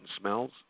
smells